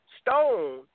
stone